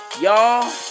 Y'all